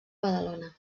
badalona